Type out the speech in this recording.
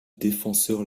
défenseur